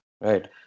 Right